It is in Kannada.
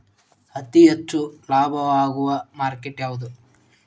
ಅತಿ ಹೆಚ್ಚು ಲಾಭ ಆಗುವ ಮಾರ್ಕೆಟ್ ಯಾವುದು?